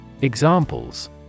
Examples